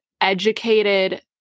educated